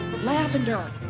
Lavender